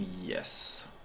yes